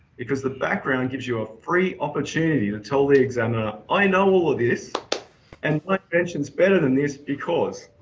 because the background gives you a free opportunity to tell the examiner, i know all of this and my invention's better than this because.